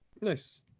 Nice